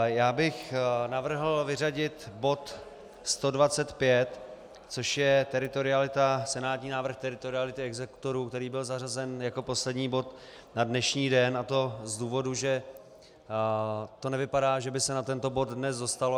Já bych navrhl vyřadit bod 125, což je teritorialita, senátní návrh teritoriality exekutorů, který byl zařazen jako poslední bod na dnešní den, a to z důvodu, že to nevypadá, že by se na tento bod dnes dostalo.